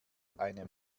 eine